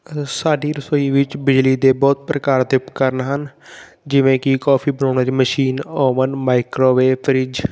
ਸਾਡੀ ਰਸੋਈ ਵਿੱਚ ਬਿਜਲੀ ਦੇ ਬਹੁਤ ਪ੍ਰਕਾਰ ਦੇ ਉਪਕਰਣ ਹਨ ਜਿਵੇਂ ਕਿ ਕੌਫੀ ਬਣਾਉਣ ਵਾਲੀ ਮਸ਼ੀਨ ਓਵਨ ਮਾਈਕਰੋਵੇ ਫਰਿੱਜ